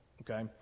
okay